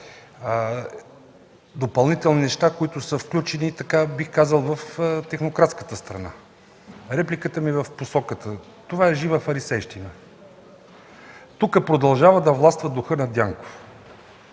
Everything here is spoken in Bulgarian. допълнителни неща, които са включени, бих казал, в технократската страна. Репликата ми е в посока – това е жива фарисейщина. Тук продължава да властва духът на Дянков,